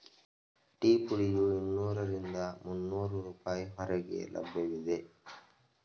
tea ಪುಡಿಯು ಇನ್ನೂರರಿಂದ ಮುನ್ನೋರು ರೂಪಾಯಿ ಹೊರಗೆ ಲಭ್ಯವಿದೆ